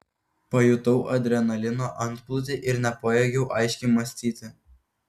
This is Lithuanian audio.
pajutau adrenalino antplūdį ir nepajėgiau aiškiai mąstyti